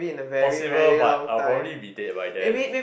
possible but I will probably be dead by then